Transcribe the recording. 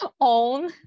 own